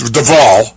Duvall